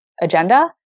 agenda